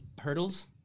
Hurdles